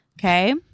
Okay